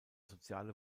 soziale